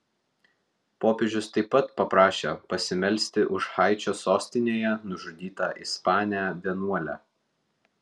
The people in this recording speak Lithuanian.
popiežius taip pat paprašė pasimelsti už haičio sostinėje nužudytą ispanę vienuolę